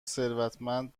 ثروتمند